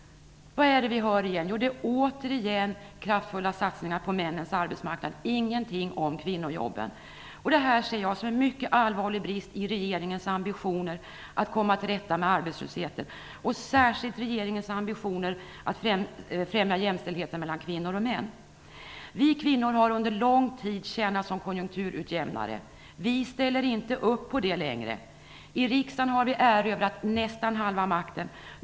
Vad är det vi hör? Jo, det är återigen kraftfulla satsningar på männens arbetsmarknaden, ingenting om kvinnojobben. Jag ser det här som en mycket allvarlig brist i regeringens ambitioner att komma till rätta med arbetslösheten, och särskilt gäller det regeringens ambitioner att främja jämställdheten mellan kvinnor och män. Vi kvinnor har under lång tid tjänat som konjunkturutjämnare. Vi ställer inte upp på det längre. I riksdagen har vi erövrat nästan halva makten.